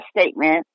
statement